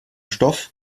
stoff